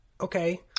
Okay